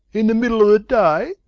in the middle of the day?